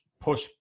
push